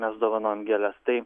mes dovanojam gėles tai